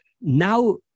now